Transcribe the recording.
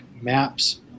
maps